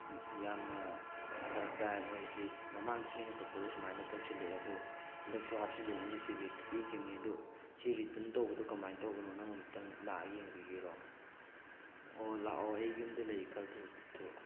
ꯌꯥꯝꯅ ꯐꯔꯛ ꯇꯥꯏ ꯅꯣꯏꯁꯦ ꯃꯃꯥꯡꯗꯁꯨ ꯑꯩꯅ ꯀꯛꯄꯗ ꯁꯨꯃꯥꯏꯅ ꯇꯧꯁꯤꯜꯂꯛꯑꯦ ꯑꯗꯣ ꯍꯟꯗꯛꯁꯨ ꯍꯥꯞꯆꯤꯜꯂꯛꯑꯦꯅ ꯑꯩꯅ ꯐꯤꯗꯕꯦꯛꯇ ꯄꯦꯈꯤꯕꯅꯤ ꯑꯗꯣ ꯁꯤ ꯔꯤꯇꯟ ꯇꯧꯕꯗꯣ ꯀꯃꯥꯏꯅ ꯇꯧꯕꯅꯣ ꯅꯪ ꯑꯃꯨꯛꯇꯪ ꯂꯥꯛꯑꯒ ꯌꯦꯡꯕꯤꯒꯦꯔꯣ ꯑꯣ ꯂꯥꯛꯑꯣ ꯑꯩ ꯌꯨꯃꯗ ꯂꯩ ꯈꯔ ꯊꯨꯔꯛꯑꯣ